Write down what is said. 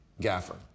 gaffer